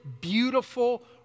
beautiful